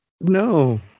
No